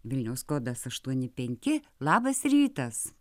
vilnius kodas aštuoni penki labas rytas